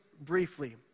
briefly